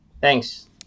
Thanks